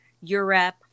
Europe